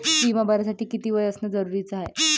बिमा भरासाठी किती वय असनं जरुरीच हाय?